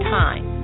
time